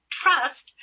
trust